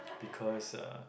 because uh